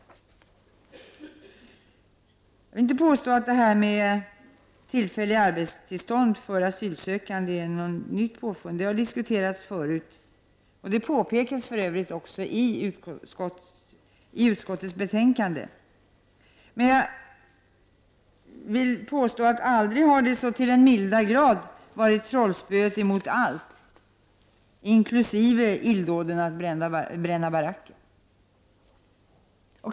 Jag vill inte påstå att tillfälliga arbetstillstånd för asylsökande är något nytt påfund. Det har diskuterats tidigare, och det påpekas för övrigt i utskottets betänkande. Men aldrig har det väl så till den milda grad varit trollspöet mot allt, inkl. illdåden att bränna baracker.